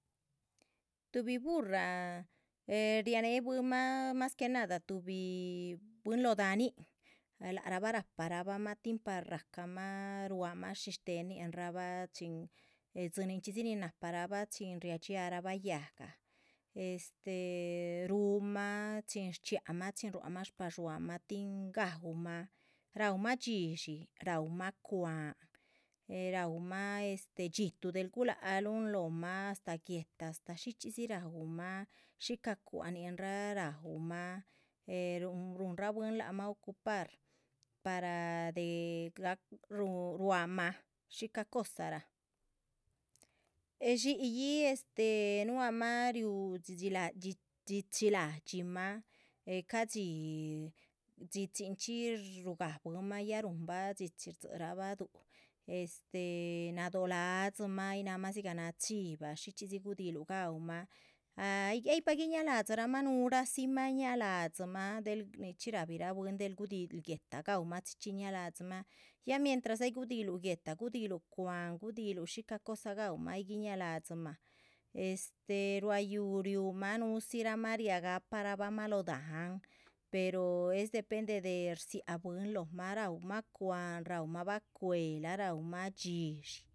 Buhrr-i’hn tuhbi buhrr-i’hn riahne bwiinn- ma tuhbi bwiinnlo dahan-i’hn tin rahcama ru’ama xica xteenn-i’hnba chin riaca’hara’hba yahga ru’nma chin rchia’han ma chin rwa’hama ballu’nma tin gahw ma. Rahw bna dxihlli, rahw ma cwa’n, rahwa ma dxihtu xica cwa’n-i’hn rahw ma, ruhnnra bwiin la’hma ocupar tin ru’a ma galle lo tii. Dxihdxi lahdxyi ma caa dxih dxihdxi-i’hn rgah ma ya ruhmn ba dxihdxi dxibagahra du’h guelnado ‘ laadzima ayi na’hma ziga na’h chiva ayipa rguii laa’dzi ma nuura’h zii ma chi’chi rahbi ra’h bwiin delh gudi’hiluh guehta gawh ma chi’chi ñaa laa’dzi ma delh gudi’hiluh xica xcoshara gahwna ayiguii. Na’a laa’dzima rua yuu riw’ra’hma nuuzira’hma riah gaparaba’h lo’h da han rcahwma llooba ree’ma ñihsa or nizin rdxiahga ñihsa ma.